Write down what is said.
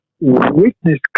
witness